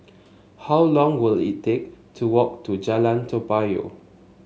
how long will it take to walk to Jalan Toa Payoh